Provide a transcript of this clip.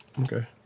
Okay